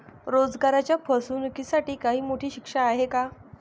रोजगाराच्या फसवणुकीसाठी काही मोठी शिक्षा आहे का?